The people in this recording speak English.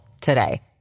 today